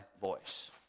voice